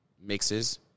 mixes